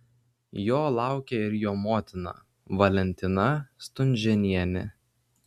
jo laukia ir jo motina valentina stunžėnienė